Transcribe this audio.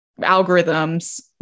algorithms